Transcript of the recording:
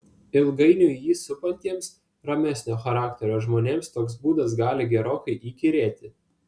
ilgainiui jį supantiems ramesnio charakterio žmonėms toks būdas gali gerokai įkyrėti